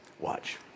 Watch